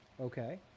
Okay